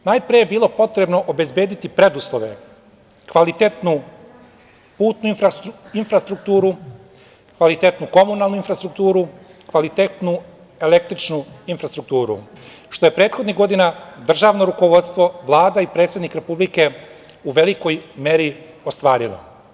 Najpre je bilo potrebno obezbediti preduslove, kvalitetnu putnu infrastrukturu, kvalitetnu komunalnu infrastrukturu, kvalitetnu električnu infrastrukturu, što je prethodnih godina državno rukovodstvo, Vlada i predsednik Republike u velikoj meri ostvarilo.